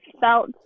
felt